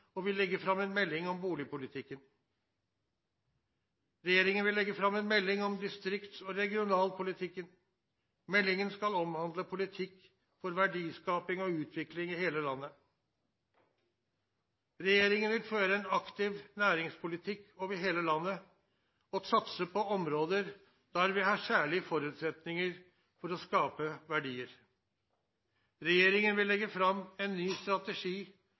og vil legge fram en melding om boligpolitikken. Regjeringen vil legge fram en melding om distrikts- og regionalpolitikken. Meldingen skal omhandle politikk for verdiskaping og utvikling i hele landet. Regjeringen vil føre en aktiv næringspolitikk over hele landet og satse på områder der vi har særlige forutsetninger for å skape verdier. Regjeringen vil legge fram en ny strategi